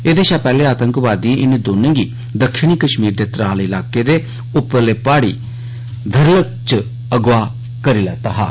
एहदे शा पैहले आतंकवादिएं इनें दौने गी दक्खनी कश्मीर दे त्राल इलाके दे उप्परले प्हाड़ी इलाके च अगवाह करी लैता हा